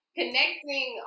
connecting